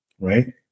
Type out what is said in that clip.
Right